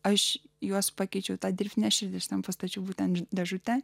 aš juos pakeičiau tą dirbtinę širdį štampas tačiau būtent dėžutę